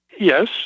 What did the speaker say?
Yes